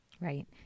Right